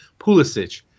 Pulisic